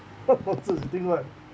what causes the thing right